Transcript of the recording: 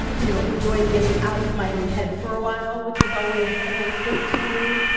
you know, enjoying getting out of my own head for a while, which is always a nice thing to do,